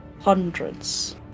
hundreds